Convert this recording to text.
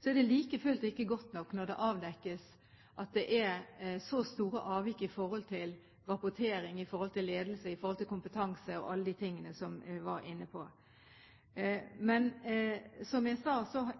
Så er det like fullt ikke godt nok når det avdekkes at det er så store avvik i forhold til rapportering, i forhold til ledelse, i forhold til kompetanse, og alle de tingene som vi var inne på. Men som jeg sa,